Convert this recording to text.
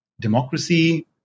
democracy